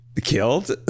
Killed